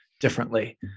differently